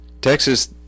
Texas